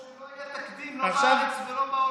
אמרת שלא היה תקדים, לא בארץ ולא בעולם.